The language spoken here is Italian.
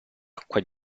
acqua